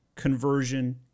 conversion